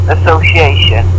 association